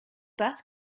bus